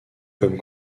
comme